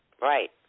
Right